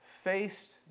faced